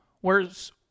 Whereas